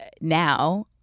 now